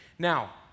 Now